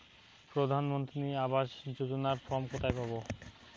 প্রধান মন্ত্রী আবাস যোজনার ফর্ম কোথায় পাব?